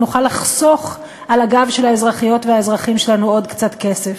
נוכל לחסוך על הגב של האזרחיות והאזרחים שלנו עוד קצת כסף,